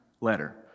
letter